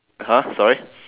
!huh! sorry